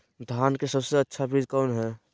धान की सबसे अच्छा बीज कौन है?